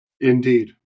Indeed